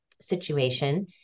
situation